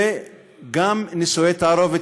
וגם נישואי תערובת,